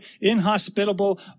inhospitable